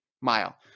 mile